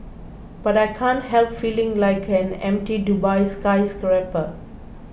but I can't help feeling like an empty Dubai skyscraper